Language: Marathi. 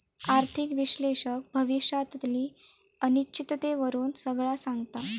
आर्थिक विश्लेषक भविष्यातली अनिश्चिततेवरून सगळा सांगता